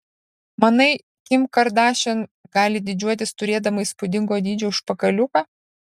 manai kim kardašian gali didžiuotis turėdama įspūdingo dydžio užpakaliuką